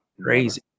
Crazy